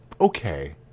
okay